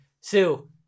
Sue